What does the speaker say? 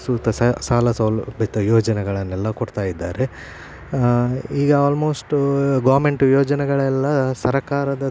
ಸೂಕ್ತ ಸಾಲ ಸೌಲಭ್ಯದ ಯೋಜನೆಗಳನ್ನೆಲ್ಲ ಕೊಡ್ತಾ ಇದ್ದಾರೆ ಈಗ ಆಲ್ಮೋಸ್ಟ್ ಗೌರ್ಮೆಂಟ್ ಯೋಜನೆಗಳೆಲ್ಲ ಸರಕಾರದ